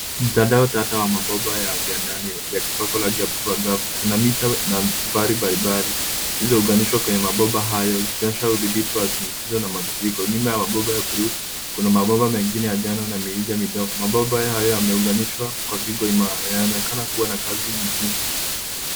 Mtandao tata wa mabomba ya ndani yakipakwa rangi ya buluu angavu. Kuna mita mbalimbali zilizounganishwa kwenye mabomba hayo zikionyesha udhibiti wa shinikizo na matiririko. Nyuma ya mabomba ya buluu kuna mabomba mengine ya njano na mirija midogo. Mabomba hayo yameunganishwa kwa viungo imara, inaonekana kuwa na kazi muhimu.